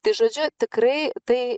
tai žodžiu tikrai tai